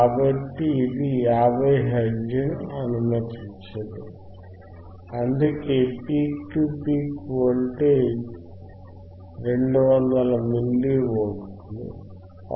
కాబట్టి ఇది 50 హెర్ట్జ్ ను అనుమతించదు అందుకే పీక్ టు పీక్ వోల్టేజ్ 200 మిల్లీ వోల్ట్లు